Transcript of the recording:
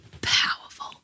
Powerful